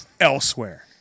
elsewhere